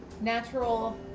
natural